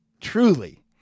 truly